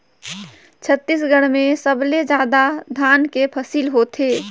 छत्तीसगढ़ में सबले जादा धान के फसिल होथे